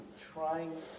trying